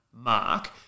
mark